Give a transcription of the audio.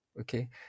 okay